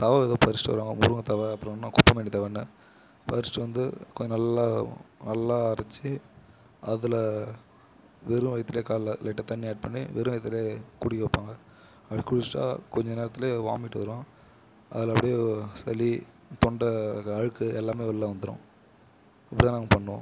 தழை ஏதோ பரிச்சிட்டு வருவாங்க முருங்கத்தழை அப்புறம் இன்னும் குப்பைமேனித் தழைன்னு பரிச்சிட்டு வந்து கொஞ்சம் நல்ல நல்லா அரைச்சு அதில் வெறும் வயித்திலயே காலைல லைட்டாக தண்ணி ஆட் பண்ணி வெறும் வயிற்றிலேயே குடிக்க வைப்பாங்க அப்படி குடிச்சிட்டா கொஞ்சம் நேரத்திலயே வாமிட் வரும் அதில் அப்படியே சளி தொண்டை அழுக்கு எல்லாமே வெளில வந்துடும் இப்படி தான் நாங்கள் பண்ணுவோம்